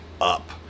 up